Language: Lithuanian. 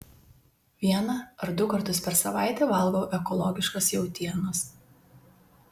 vieną ar du kartus per savaitę valgau ekologiškos jautienos